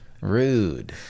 Rude